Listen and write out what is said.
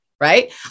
right